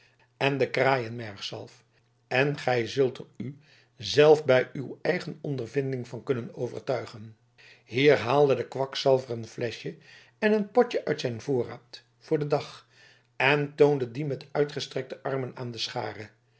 en de kraaienmergzalf en gij zult er u zelf bij uw eigen ondervinding van kunnen overtuigen hier haalde de kwakzalver een fleschje en een potje uit zijn voorraad voor den dag en toonde die met uitgestrekte armen aan de schare